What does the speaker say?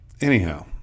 anyhow